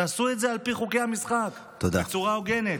תעשו את זה על פי חוקי המשחק, בצורה הוגנת.